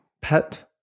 pet